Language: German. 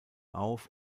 auf